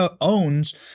owns